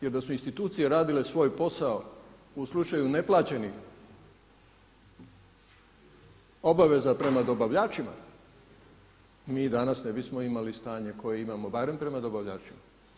Jer da su institucije radile svoj posao u slučaju neplaćenih obaveza prema dobavljačima mi danas ne bismo imali stanje koje imamo barem prema dobavljačima.